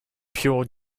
pure